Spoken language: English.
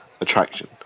attraction